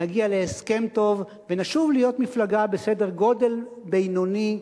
נגיע להסכם טוב ונשוב להיות מפלגה בסדר-גודל בינוני,